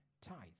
tithes